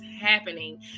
happening